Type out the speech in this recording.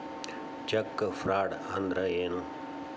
Check fraud ಅಂದ್ರ ಏನು?